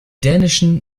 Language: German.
dänischen